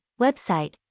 website